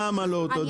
למה לא אותו דבר?